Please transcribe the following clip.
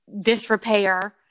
disrepair